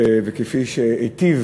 כפי שהיטיב